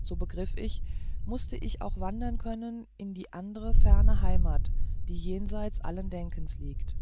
so begriff ich mußte ich auch wandern können in die andere ferne heimat die jenseits allen denkens liegt